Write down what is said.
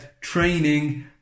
training